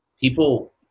People